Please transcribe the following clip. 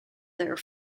there